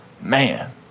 man